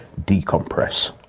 decompress